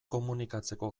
komunikatzeko